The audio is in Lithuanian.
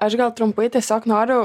aš gal trumpai tiesiog noriu